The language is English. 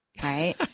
Right